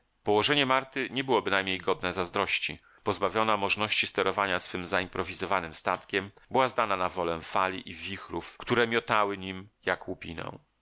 położenie marty nie było bynajmniej godne zazdrości pozbawiona możności sterowania swym zaimprowizowanym statkiem była zdana na wolę fali i wichrów które miotały nim jak